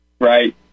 Right